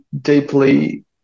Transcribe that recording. deeply